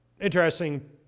Interesting